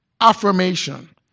affirmation